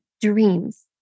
dreams